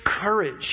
courage